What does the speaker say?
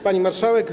Pani Marszałek!